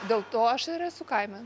dėl to aš ir esu kaime